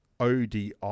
ODI